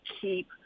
keep